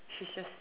she's just